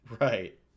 right